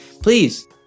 please